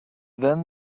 then